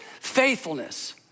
faithfulness